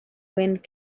wind